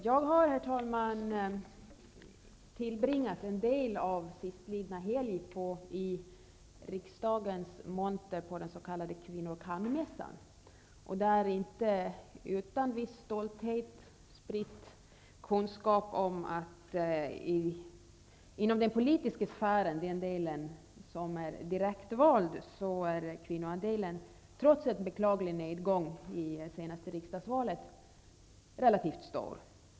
Jag har, herr talman, tillbringat en del av sistlidna helg i riksdagens monter på Kvinnor kan-mässan. Där har jag inte utan viss stolthet spritt kunskap om att inom den del av den politiska sfären som är direktvald är andelen kvinnor -- trots en beklaglig nedgång i senaste valet -- relativt stor.